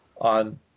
on